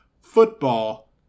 football